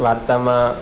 વાર્તામાં